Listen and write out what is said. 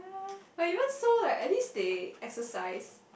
but even so like at least they exercise